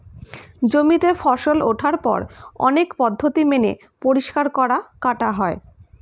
জমিতে ফসল ওঠার পর অনেক পদ্ধতি মেনে পরিষ্কার করা, কাটা হয়